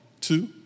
two